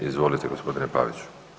Izvolite gospodine Paviću.